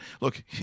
Look